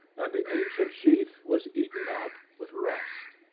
and the ancient sheath was eaten up with rust.